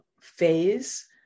phase